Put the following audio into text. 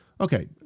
Okay